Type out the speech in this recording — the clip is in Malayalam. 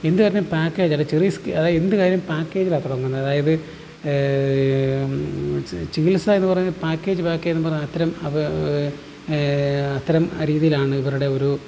എന്ത് കാര്യത്തിനും പാക്കേജ് അല്ലെ ചെറിയ സ്കീം അല്ല എന്ത് കാര്യം പാക്കേജിലാണ് തുടങ്ങുന്നത് അതായത് ചികിത്സ എന്ന് പറയുന്ന പാക്കേജ് പാക്കേജ് എന്ന് പറഞ്ഞ് അത്തരം അത്തരം ആ രീതിയിലാണ് ഇവരുടെ ഒരു